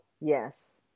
Yes